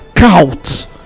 Out